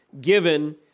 given